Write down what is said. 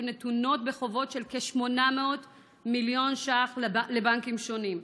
היו נתונות בחובות של כ-800 מיליון ש"ח לבנקים שונים".